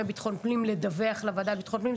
ביטחון פנים לדווח לוועדה לביטחון הפנים.